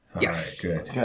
Yes